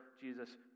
Jesus